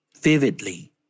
Vividly